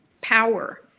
power